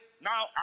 Now